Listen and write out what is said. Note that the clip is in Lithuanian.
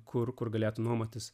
kur kur galėtų nuomotis